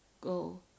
go